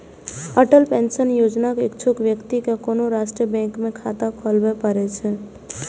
Atal pension योजनाक इच्छुक व्यक्ति कें कोनो राष्ट्रीय बैंक मे खाता खोलबय पड़ै छै